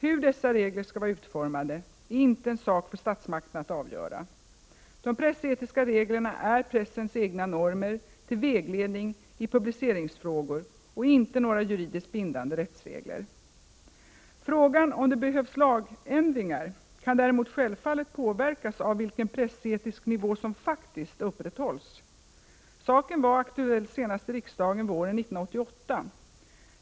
Hur dessa regler skall vara utformade är inte en sak för statsmakterna att avgöra. De pressetiska reglerna är pressens egna normer till vägledning i publiceringsfrågor och inte några juridiskt bindande rättsregler. 87 Frågan om det behövs lagändringar kan däremot självfallet påverkas av 10 november 1988 vilken pressetisk nivå som faktiskt upprätthålls. Saken var aktuell senast i riksdagen våren 1988.